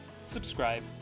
subscribe